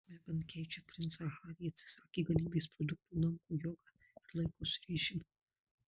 meghan keičia princą harį atsisakė galybės produktų lanko jogą ir laikosi režimo